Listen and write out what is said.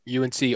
UNC